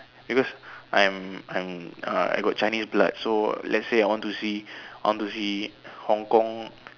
because I'm I'm uh I got Chinese blood so let's say I want to see I want to see Hong-Kong